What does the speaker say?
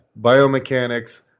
biomechanics